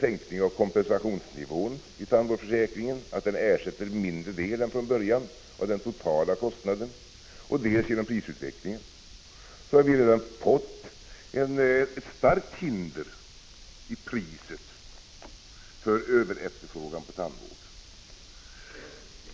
sänkning av kompensationsnivån i tandvårdsförsäkringen — den ersätter en mindre del än från början av den totala kostnaden —, dels genom prisutvecklingen, har vi redan fått ett starkt hinder i form av priset mot överefterfrågan på tandvård.